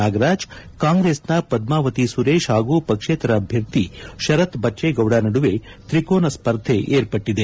ನಾಗರಾಜ್ ಕಾಂಗ್ರೆಸ್ನ ಪದ್ಮಾವತಿ ಸುರೇಶ್ ಹಾಗೂ ಪಕ್ಷೇತರ ಅಭ್ಯರ್ಥಿ ಶರತ್ ಬಜ್ಜೇಗೌಡ ನಡುವೆ ತ್ರಿಕೋನ ಸ್ಪರ್ಧೆ ಏರ್ಪಟ್ಟದೆ